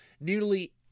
nearly